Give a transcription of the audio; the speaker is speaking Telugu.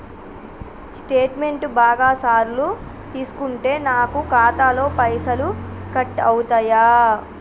స్టేట్మెంటు బాగా సార్లు తీసుకుంటే నాకు ఖాతాలో పైసలు కట్ అవుతయా?